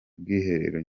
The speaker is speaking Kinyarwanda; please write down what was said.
bwiherero